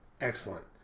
excellent